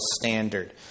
standard